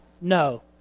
no